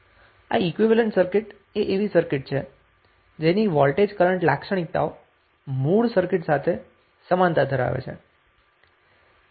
તો આ equivalent circuit એ એવી સર્કિટ છે જેની વોલ્ટેજ કરન્ટ લાક્ષણિકતાઓ મૂળ સર્કિટ સાથે સમાનતા ધરાવે છે